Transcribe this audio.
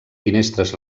finestres